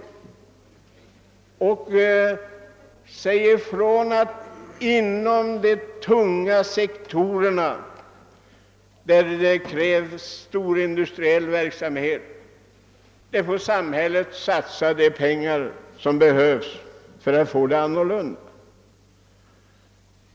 Låt oss säga ifrån att samhället inom de tunga sektorerna, där det krävs storindustriell verksamhet, får satsa de pengar som behövs för att få det annorlunda.